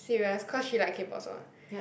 serious cause she like K-Pop song